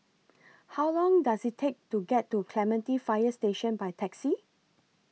How Long Does IT Take to get to Clementi Fire Station By Taxi